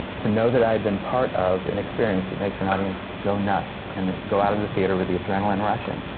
to know that i had been part of an experience that makes an audience go nuts and go out of the theatre with the adrenaline rushing,